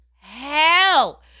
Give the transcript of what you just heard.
hell